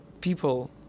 people